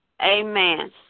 Amen